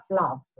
love